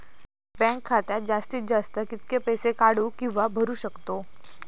Bank खात्यात जास्तीत जास्त कितके पैसे काढू किव्हा भरू शकतो?